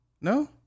No